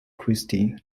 christie